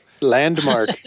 Landmark